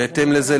בהתאם לזה,